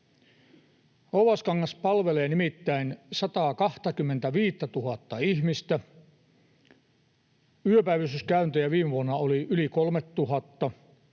Oulaskangas palvelee nimittäin 125 000:ta ihmistä. Yöpäivystyskäyntejä viime vuonna oli yli 3 000.